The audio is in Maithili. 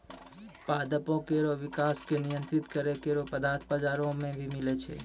पादपों केरो विकास क नियंत्रित करै केरो पदार्थ बाजारो म मिलै छै